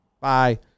Bye